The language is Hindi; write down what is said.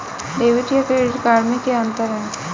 डेबिट या क्रेडिट कार्ड में क्या अन्तर है?